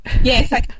Yes